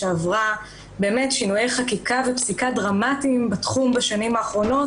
שעברה שינויי חקיקה ופסיקה דרמטיים בתחום בשנים האחרונות,